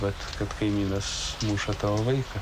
bet kad kaimynas muša tavo vaiką